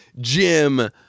Jim